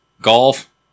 golf